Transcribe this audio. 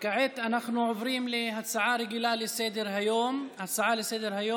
וכעת אנחנו עוברים להצעה רגילה לסדר-היום בנושא: